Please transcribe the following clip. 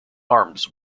arms